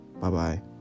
Bye-bye